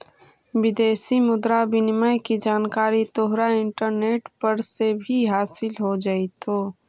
विदेशी मुद्रा विनिमय की जानकारी तोहरा इंटरनेट पर से भी हासील हो जाइतो